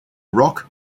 rock